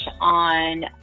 on